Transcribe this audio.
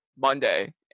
monday